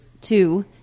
two